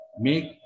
make